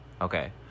Okay